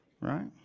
Right